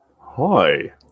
Hi